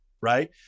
Right